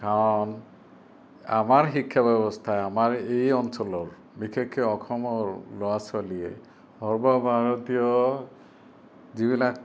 কাৰণ আমাৰ শিক্ষা ব্যৱস্থাই আমাৰ এই অঞ্চলৰ বিশেষকে অসমৰ ল'ৰা ছোৱালীয়ে সৰ্বভাৰতীয় যিবিলাক